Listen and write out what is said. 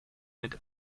mit